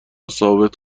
ثابت